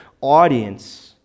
audience